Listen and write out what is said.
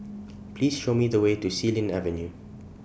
Please Show Me The Way to Xilin Avenue